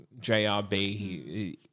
JRB